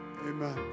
Amen